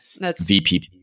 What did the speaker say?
VPP